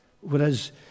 whereas